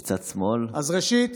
אז ראשית,